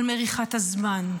על מריחת הזמן,